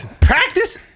practice